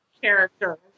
character